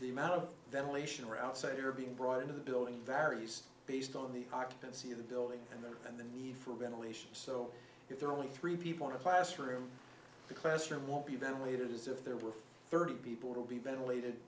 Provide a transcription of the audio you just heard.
the amount of ventilation or outsider being brought into the building varies based on the occupancy of the building and the need for ventilation so if there are only three people in a classroom the classroom won't be ventilated as if there were thirty people will be ventilated